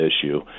issue